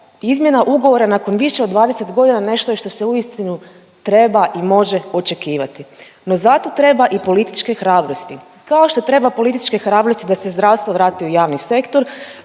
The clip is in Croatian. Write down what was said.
izmjena ugovora nakon više od 20 godina nešto je što se uistinu treba i može očekivati. No zato treba i političke hrabrosti, kao što treba političke hrabrosti da se zdravstvo vrati u javni sektor,